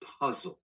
puzzle